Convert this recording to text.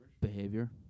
behavior